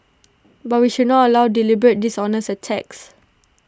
but we should not allow deliberate dishonest attacks